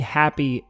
happy